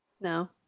No